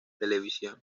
televisión